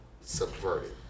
subverted